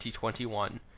2021